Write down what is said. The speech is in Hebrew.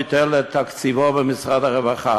ביטל את תקציבו במשרד הרווחה.